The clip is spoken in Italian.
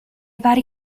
vari